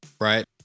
right